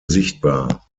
sichtbar